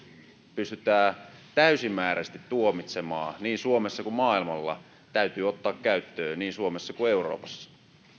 pystytään täysimääräisesti tuomitsemaan niin suomessa kuin maailmalla täytyy ottaa käyttöön niin suomessa kuin euroopassa